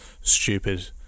stupid